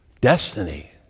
destiny